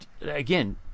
again